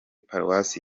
paruwasi